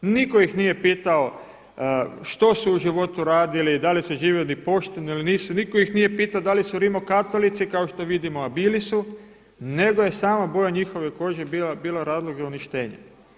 Nitko ih nije pitao što su u životu radili, da li su živjeli pošteno ili nisu, nitko ih nije pitao da li su rimokatolici, a kao što vidimo bili su, nego je samo boja njihove kože bila razlog za uništenje.